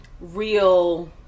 real